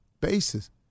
basis